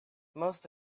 most